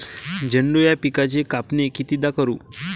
झेंडू या पिकाची कापनी कितीदा करू?